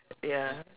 ya